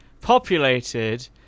populated